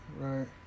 right